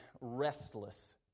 restless